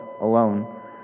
alone